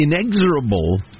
inexorable